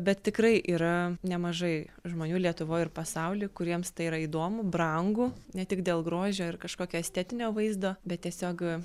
bet tikrai yra nemažai žmonių lietuvoj ir pasauly kuriems tai yra įdomu brangu ne tik dėl grožio ir kažkokio estetinio vaizdo bet tiesiog